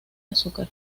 azúcar